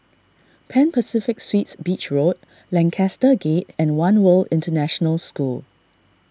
Pan Pacific Suites Beach Road Lancaster Gate and one World International School